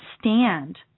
stand